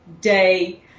day